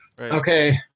okay